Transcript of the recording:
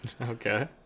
Okay